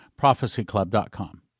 prophecyclub.com